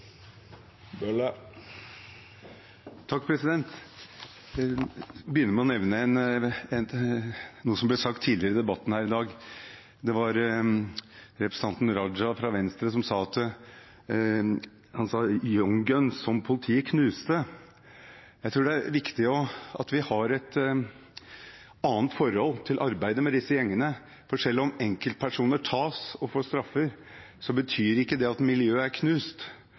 begynner med å nevne noe som ble sagt tidligere i debatten her i dag. Representanten Raja fra Venstre sa at politiet knuste Young Guns. Jeg tror det er viktig at vi har et annet forhold til arbeidet med disse gjengene. Selv om enkeltpersoner tas og får straffer, betyr ikke det at miljøet er knust.